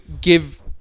give